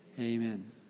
Amen